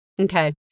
Okay